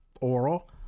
oral